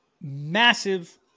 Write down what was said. Massive